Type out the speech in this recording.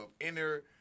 inner